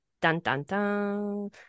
Dun-dun-dun